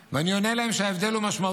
ואני עונה להם שההבדל הוא משמעותי.